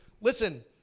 listen